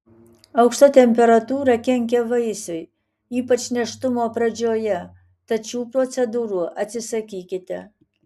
aukšta temperatūra kenkia vaisiui ypač nėštumo pradžioje tad šių procedūrų atsisakykite